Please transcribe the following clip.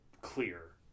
clear